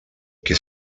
que